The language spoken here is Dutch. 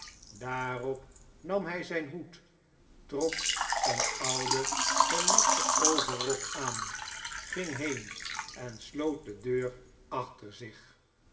daarop nam hij zijn hoed trok een ouden gelapten overrok aan ging heen en sloot de deur achter zich